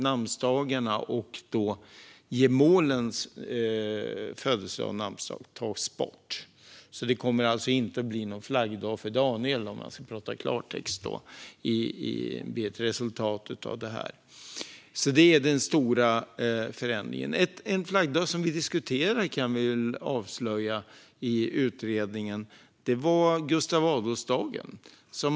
Namnsdagarna däremot och gemålens födelsedag och namnsdag tas bort som flaggdagar. I klartext betyder det att det alltså inte kommer att bli någon flaggdag för Daniel, om man ska prata klartext. Det är den stora förändringen. En flaggdag som vi diskuterade i utredningen, kan vi väl avslöja, var Gustav Adolfsdagen.